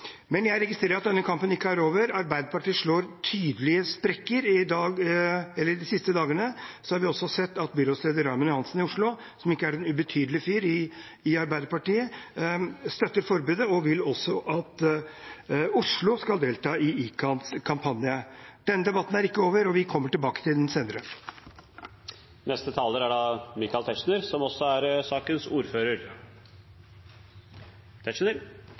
men samtidig har bl.a. utenriksministeren liten tiltro til stormaktene, at det er et nytt stormaktsspill på gang. Så det er mange merkelige motsetninger i denne innstillingen. Jeg registrerer at denne kampen ikke er over. Arbeiderpartiet slår tydelige sprekker. De siste dagene har vi sett at byrådsleder Raymond Johansen i Oslo, som ikke er en ubetydelig fyr i Arbeiderpartiet, støtter forbudet og vil også at Oslo skal delta i ICANs kampanje. Denne debatten er ikke over, og vi kommer tilbake til den senere.